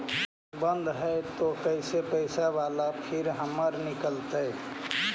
बन्द हैं त कैसे पैसा बाला फिर से हमर निकलतय?